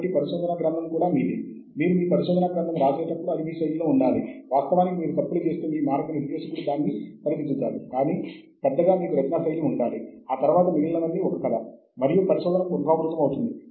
కాబట్టి మనము ఉపయోగించగల సమాచార వనరులు ఏవి ఎక్కడ సిటేషన్ సమాచారం అందుబాటులో ఉంటుంది